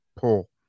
pull